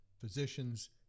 physicians